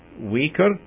weaker